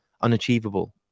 unachievable